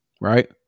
right